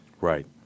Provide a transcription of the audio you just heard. Right